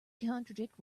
contradict